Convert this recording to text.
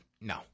no